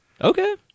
Okay